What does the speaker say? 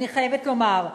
אני חייבת לומר,